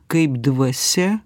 kaip dvasia